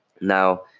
Now